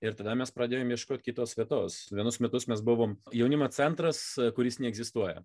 ir tada mes pradėjom ieškoti kitos vietos vienus metus mes buvom jaunimo centras kuris neegzistuoja